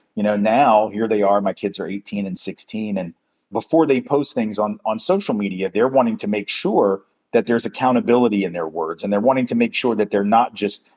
you know, now here they are, my kids are eighteen and sixteen. and before they post things on on social media, they're wanting to make sure that there's accountability in their words, and they're wanting to make sure that they're not just,